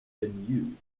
been